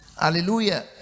hallelujah